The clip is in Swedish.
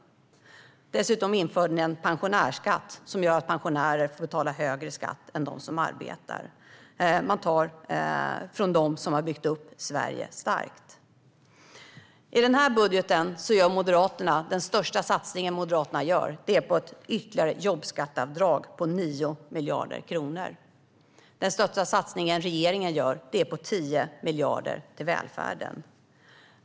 Dessutom införde ni en pensionärsskatt som gör att pensionärer får betala högre skatt än de som arbetar. Man tar från dem som har byggt Sverige starkt. Den största satsningen Moderaterna gör i den här budgeten är på ett ytterligare jobbskatteavdrag, på 9 miljarder kronor. Den största satsningen regeringen gör är på 10 miljarder till välfärden.